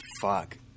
fuck